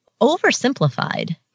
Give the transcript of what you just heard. oversimplified